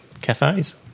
cafes